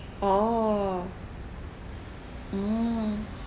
oh hmm